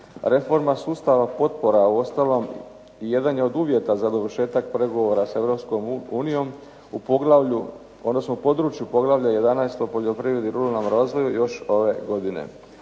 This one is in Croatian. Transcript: Reforma sustava potpora uostalom i jedan je od uvjeta za dovršetak pregovora sa Europskom unijom u poglavlju odnosno području poglavlja 11. o poljoprivredi i ruralnom razvoju još ove godine.